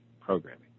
programming